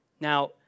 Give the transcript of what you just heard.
Now